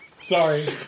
Sorry